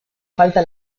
falta